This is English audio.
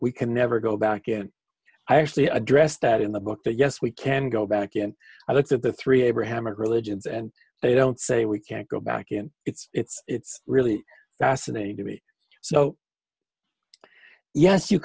we can never go back and i actually address that in the book that yes we can go back and i looked at the three abrahamic religions and they don't say we can't go back and it's it's it's really fascinating to me so yes you